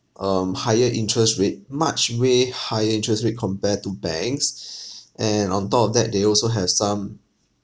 um higher interest rate much way higher interest rate compare to banks and on top of that they also have some